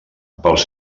pels